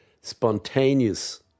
spontaneous